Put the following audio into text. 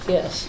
Yes